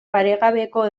paregabeko